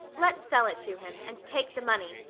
let's sell it to him, and take the money,